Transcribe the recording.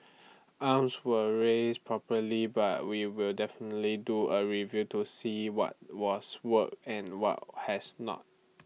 alarms were raised properly but we will definitely do A review to see what was worked and what has not